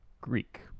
Greek